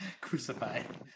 Crucified